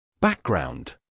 Background